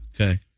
Okay